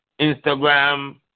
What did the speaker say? Instagram